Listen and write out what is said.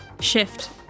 shift